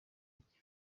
gifatwa